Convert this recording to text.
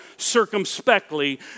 Circumspectly